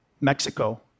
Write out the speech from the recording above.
Mexico